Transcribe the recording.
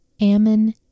Ammon